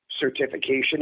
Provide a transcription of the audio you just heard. certification